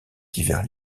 divers